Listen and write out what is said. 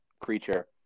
creature